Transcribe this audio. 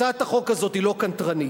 הצעת החוק הזאת היא לא קנטרנית.